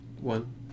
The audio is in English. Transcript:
one